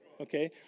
Okay